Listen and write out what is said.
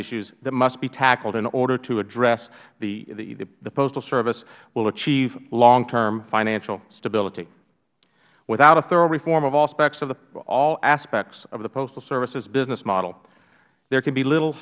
issues that must be tackled in order to address the postal service will achieve long term financial stability without a thorough reform of all aspects of the postal service's business model there could be little